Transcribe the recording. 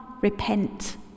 Repent